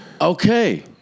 Okay